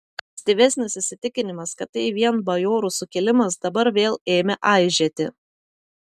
ankstyvesnis įsitikinimas kad tai vien bajorų sukilimas dabar vėl ėmė aižėti